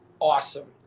awesome